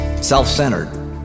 self-centered